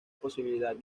posibilidad